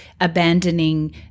abandoning